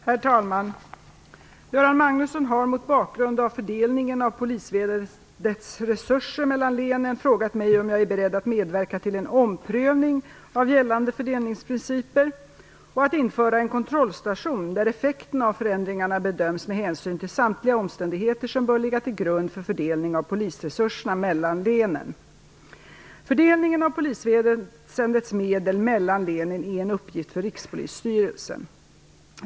Herr talman! Göran Magnusson har, mot bakgrund av fördelningen av polisväsendets resurser mellan länen, frågat mig om jag är beredd att medverka till en omprövning av gällande fördelningsprinciper och att införa en kontrollstation där effekterna av förändringarna bedöms med hänsyn till samtliga omständigheter som bör ligga till grund för fördelning av polisresurserna mellan länen. Fördelningen av polisväsendets medel mellan länen är en uppgift för Rikspolisstyrelsen.